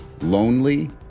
lonely